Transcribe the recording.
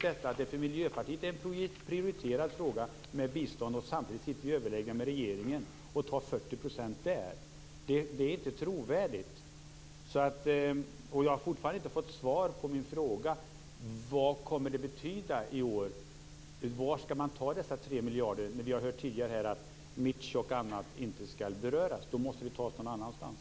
Att biståndet för Miljöpartiet är en prioriterad fråga och man samtidigt sitter i överläggningar med regeringen och tar 40 % här är inte trovärdigt. Jag har ännu inte fått något svar på min fråga: Vad kommer det här att betyda i år och var skall man ta dessa 3 miljarder? Vi har ju hört tidigare att Mitch och annat inte skall beröras. Då måste väl pengarna tas någon annanstans.